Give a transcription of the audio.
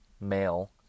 male